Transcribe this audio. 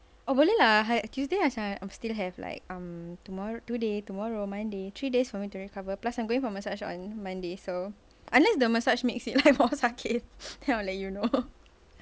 oh really ah tuesday I still have like um tomor~ today tomorrow monday three days for me to recover plus I'm going for massage on monday so unless the massage makes like more sakit then I'll let you know